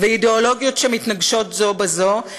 ואידיאולוגיות שמתנגשות זו בזו,